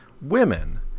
women